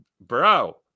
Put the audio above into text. bro